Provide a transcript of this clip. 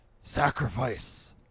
sacrifice